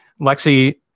Lexi